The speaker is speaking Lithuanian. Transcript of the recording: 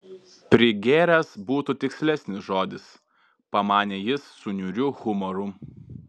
prigėręs būtų tikslesnis žodis pamanė jis su niūriu humoru